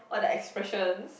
or the expressions